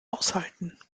aushalten